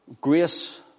Grace